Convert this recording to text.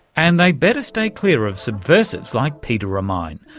and they'd better stay clear of subversives like peter remine,